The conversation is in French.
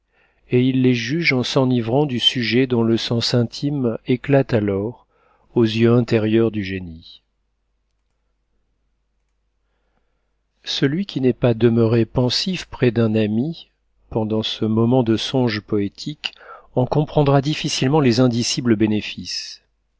et ils les jugent en s'enivrant du sujet dont le sens intime éclate alors aux yeux intérieurs du génie celui qui n'est pas demeuré pensif près d'un ami pendant ce moment de songes poétiques en comprendra difficilement les indicibles bénéfices